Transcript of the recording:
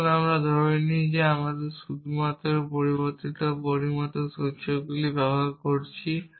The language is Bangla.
আসুন আমরা ধরে নিই যে আমরা শুধুমাত্র পরিবর্তিত পরিমিত সূচকগুলি ব্যবহার করছি